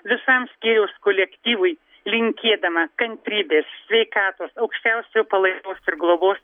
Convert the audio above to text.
visam skyriaus kolektyvui linkėdama kantrybės sveikatos aukščiausiojo palaimos ir globos